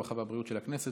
הרווחה והבריאות של הכנסת.